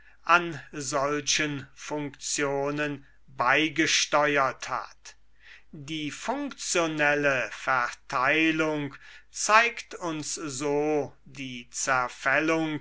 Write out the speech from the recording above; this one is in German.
an solchen funktionen beigesteuert hat die funktionelle verteilung zeigt uns so die